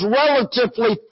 relatively